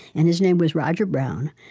and his name was roger brown,